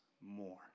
more